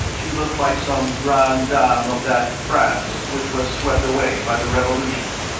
she looked like some grande dame of that france which was swept away by the revolution.